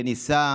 שניסה